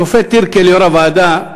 השופט טירקל, יו"ר הוועדה,